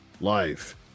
life